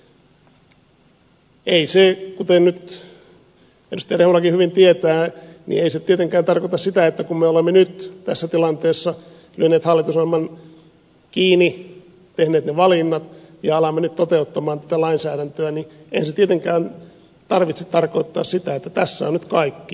eihän sen kuten nyt edustaja rehulakin hyvin tietää tietenkään tarvitse tarkoittaa sitä että kun me olemme nyt tässä tilanteessa lyöneet hallitusohjelman kiinni tehneet ne valinnat ja alamme nyt toteuttaa tätä lainsäädäntöä niin tässä on nyt kaikki